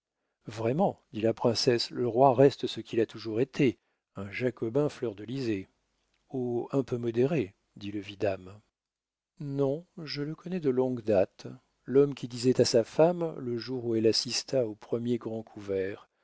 vraiment dit la princesse le roi reste ce qu'il a toujours été un jacobin fleurdelisé oh un peu modéré dit le vidame non je le connais de longue date l'homme qui disait à sa femme le jour où elle assista au premier grand couvert